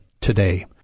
today